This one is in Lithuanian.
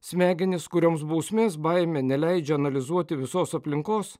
smegenys kurioms bausmės baimė neleidžia analizuoti visos aplinkos